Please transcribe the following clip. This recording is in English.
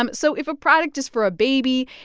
um so if a product is for a baby,